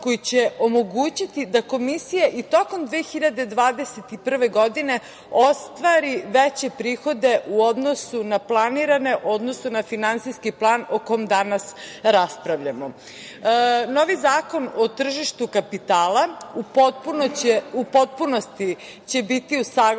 koji će omogućiti da Komisija i tokom 2021. godine ostvari veće prihode u odnosu na planirane u odnosu na finansijski plan o kome danas raspravljamo. Novi zakon o tržištu kapitala u potpunosti će biti usaglašen